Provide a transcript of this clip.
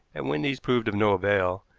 and, when these proved of no avail,